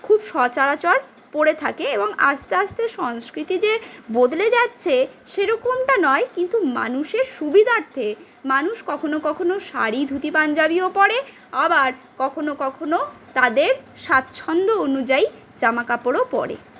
খুব সচারচর পরে থাকে এবং আস্তে আস্তে সংস্কৃতি যে বদলে যাচ্ছে সেরকমটা নয় কিন্তু মানুষের সুবিধার্থে মানুষ কখনও কখনও শাড়ি ধুতি পাঞ্জাবীও পরে আবার কখনও কখনও তাঁদের স্বাচ্ছন্দ্য অনুযায়ী জামা কাপড়ও পরে